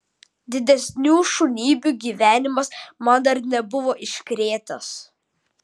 didesnių šunybių gyvenimas man dar nebuvo iškrėtęs